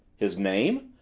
his name?